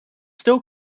still